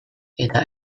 eta